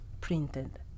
printed